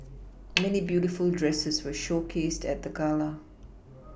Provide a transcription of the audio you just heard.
many beautiful dresses were showcased at the gala